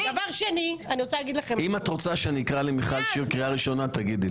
אם את רוצה שאני אקרא למיכל שיר קריאה ראשונה תגידי לי.